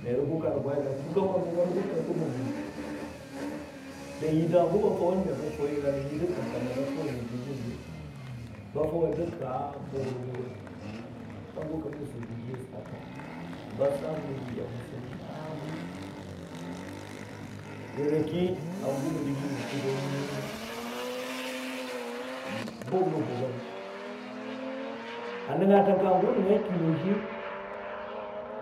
A Mwar mən wʊrigʊ ki ka kwabi a muri, dan yiir də hangʊ ba faʊwʊn me ba faʊwe yəra rə yiir də kəngkangəng də a faʊwe rə jigʊwʊn de ba faʊwʊ yiir də ka bʊgrə bʊggəng kə hangʊ ka mənni a dəgi a swetang, da swe amuri a məsɨ nyagʊ yəri ki hangʊ ba dəgyi a muri ki ba nʊi bʊgrə-bʊggəng, a nəngnga tang kə hangʊ nəngnga kɨllo hiyəng,